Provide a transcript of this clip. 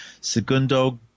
Segundo